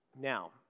now